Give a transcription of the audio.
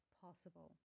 possible